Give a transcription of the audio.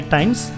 Times